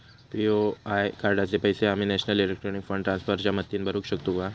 BOI कार्डाचे पैसे आम्ही नेशनल इलेक्ट्रॉनिक फंड ट्रान्स्फर च्या मदतीने भरुक शकतू मा?